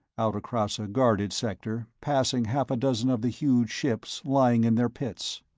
out across a guarded sector, passing half a dozen of the huge ships lying in their pits.